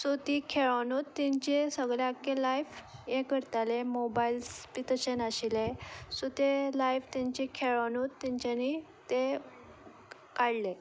so तीं खेळोनूच तांचे आख्खें लायफ हें करतालें मोबायल्स बी तशे नाशिल्ले सो ते लायफ तेंचें खेळुनूच तांच्यांनी तें काडलें